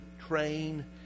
train